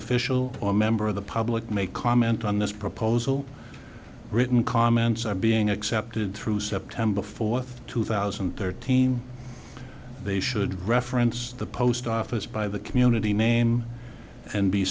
official or member of the public may comment on this proposal written comments are being accepted through september fourth two thousand and thirteen they should reference the post office by the community name and be